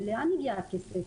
ולאן יועבר הכסף?